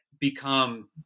become